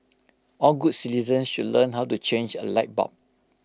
all good citizens should learn how to change A light bulb